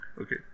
Okay